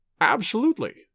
Absolutely